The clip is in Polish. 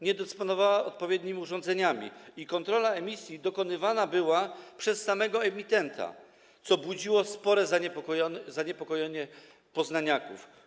Nie dysponowała ona odpowiednimi urządzeniami i kontrola emisji dokonywana była przez samego emitenta, co budziło spore zaniepokojenie poznaniaków.